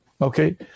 Okay